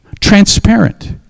transparent